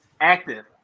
Active